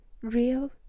real